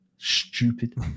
stupid